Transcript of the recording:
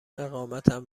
اقامتم